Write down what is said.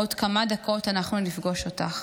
עוד כמה דקות אנחנו נפגוש אותך.